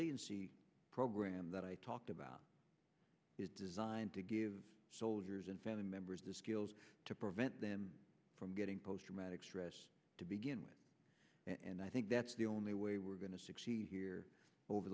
resiliency program that i talked about is designed to give soldiers and family members the skills to prevent them from getting post traumatic stress to begin with and i think that's the only way we're going to succeed here over